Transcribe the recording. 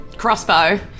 crossbow